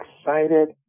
excited